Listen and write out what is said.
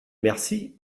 merci